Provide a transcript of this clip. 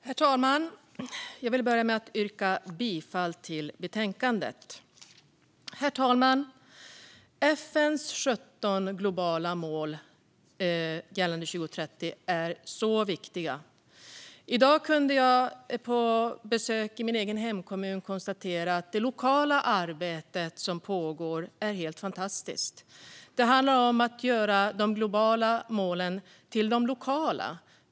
Herr talman! Jag vill börja med att yrka bifall till utskottets förslag i betänkandet. Herr talman! FN:s 17 globala mål gällande 2030 är så viktiga. I dag kunde jag på besök i min egen hemkommun konstatera att det lokala arbetet som pågår är helt fantastiskt. Det handlar om att göra de globala målen till de lokala.